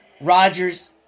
Rodgers